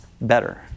better